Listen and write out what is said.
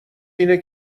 اینه